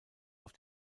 auf